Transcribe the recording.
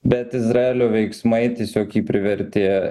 bet izraelio veiksmai tiesiog jį privertė